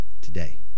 today